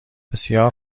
بسیار